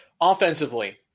Offensively